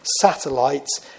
satellites